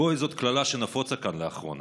גוי זאת קללה שנפוצה כאן לאחרונה,